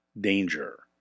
danger